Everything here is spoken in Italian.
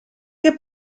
che